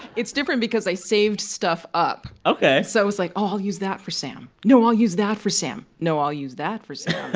it's different because i saved stuff up ok so i was, like, oh, i'll use that for sam. no, i'll use that for sam. no, i'll use that for sam